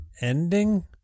ending